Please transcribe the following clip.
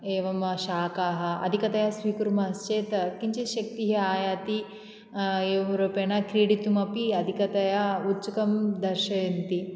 एवं शाकाः अधिकतया स्वीकुर्मश्चेत् किञ्चित् शक्तिः आयाति एवं रूपेण क्रीडितुं अपि अधिकतया उत्सुकं दर्शयन्ति